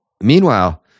Meanwhile